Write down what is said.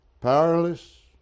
Powerless